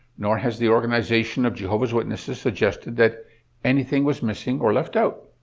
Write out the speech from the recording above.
nor has the organization of jehovah's witnesses suggested that anything was missing or left out.